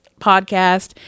podcast